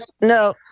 no